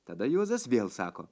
tada juozas vėl sako